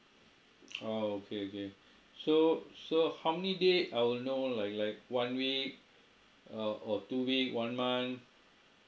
oh okay okay so so how many day I will know like like one week uh or two week one month